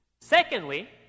Secondly